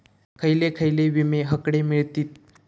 खयले खयले विमे हकडे मिळतीत?